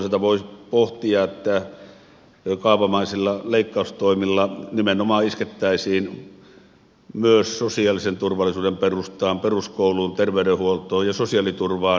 toisaalta voi pohtia että kaavamaisilla leikkaustoimilla nimenomaan iskettäisiin myös sosiaalisen turvallisuuden perustaan peruskouluun terveydenhuoltoon ja sosiaaliturvaan